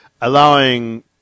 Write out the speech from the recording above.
allowing